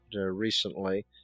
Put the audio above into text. recently